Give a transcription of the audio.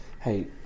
hey